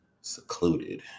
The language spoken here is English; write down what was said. secluded